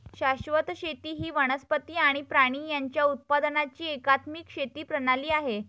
शाश्वत शेती ही वनस्पती आणि प्राणी यांच्या उत्पादनाची एकात्मिक शेती प्रणाली आहे